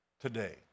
today